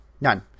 None